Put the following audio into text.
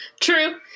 True